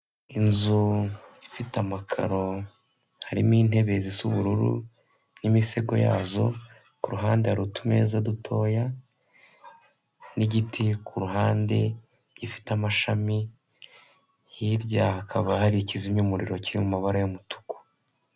Inzu ifite amakaro harimo intebe zisa bururu n'imisego yazo, ku ruhande hari utumeza dutoya, n'igiti ku ruhande gifite amashami, hirya hakaba hari ikizimyamuriro kiri mu mabara y'umutuku.